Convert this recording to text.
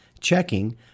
checking